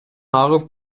агып